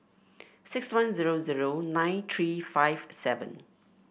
six one zero zero nine three five seven